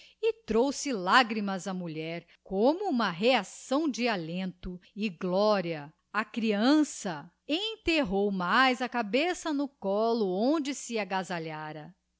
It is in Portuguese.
e trouxe lagrimas á mulher como uma reacção de alento e gloria a creança enterrou mais a cabeça no collo onde se agasalhara